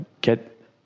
get